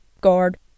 guard